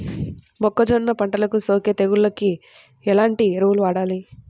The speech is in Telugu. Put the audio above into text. మొక్కజొన్న పంటలకు సోకే తెగుళ్లకు ఎలాంటి ఎరువులు వాడాలి?